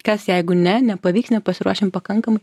kas jeigu ne nepavyks nepasiruošim pakankamai